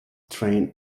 train